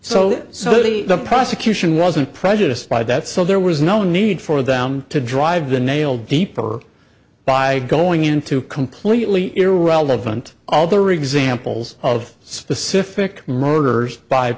danger so the prosecution wasn't prejudiced by that so there was no need for them to drive the nail deeper by going into completely irrelevant all the rigs samples of specific murders by